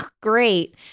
Great